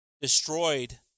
destroyed